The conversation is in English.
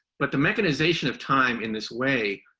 but the mechanization of time in this way,